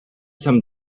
some